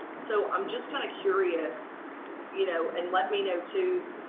so, i'm just kind of curious you know and let me know, too,